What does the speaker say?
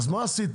אז מה עשיתם?